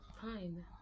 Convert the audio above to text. Fine